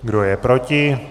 Kdo je proti?